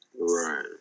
Right